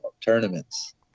tournaments